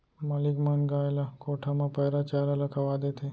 मालिक मन गाय ल कोठा म पैरा चारा ल खवा देथे